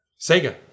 Sega